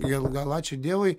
gal gal ačiū dievui